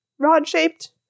Rod-shaped